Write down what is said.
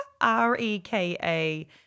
R-E-K-A